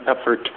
effort